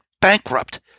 bankrupt